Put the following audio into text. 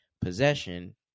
Possession